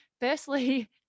Firstly